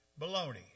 Baloney